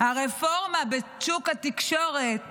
הרפורמה בשוק התקשורת